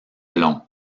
long